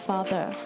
Father